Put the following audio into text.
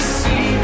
see